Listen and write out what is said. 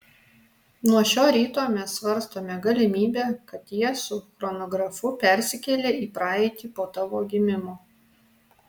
nuo šio ryto mes svarstome galimybę kad jie su chronografu persikėlė į praeitį po tavo gimimo